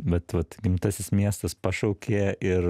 bet vat gimtasis miestas pašaukė ir